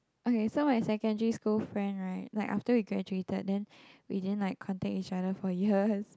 okay so my secondary school friend right like after we graduated then we didn't like contact each other for years